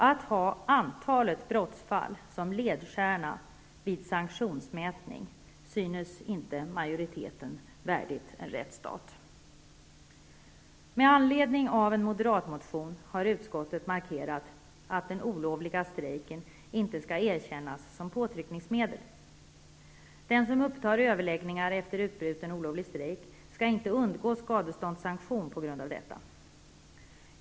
Att ha antalet brottsfall som ledstjärna vid sanktionsmätning synes inte majoriteten värdigt en rättsstat. Med anledning av en moderatmotion har utskottet markerat att den olovliga strejken inte skall erkännas som påtryckningsmedel. Den som upptar överläggningar efter utbruten olovlig strejk skall inte undgå skadeståndssanktion på grund av detta.